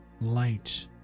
light